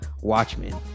watchmen